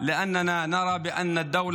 משום שאנו רואים שהמדינה,